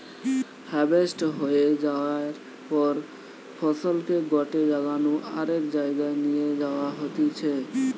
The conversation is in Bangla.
হাভেস্ট হয়ে যায়ার পর ফসলকে গটে জাগা নু আরেক জায়গায় নিয়ে যাওয়া হতিছে